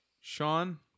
Sean